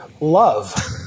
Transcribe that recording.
Love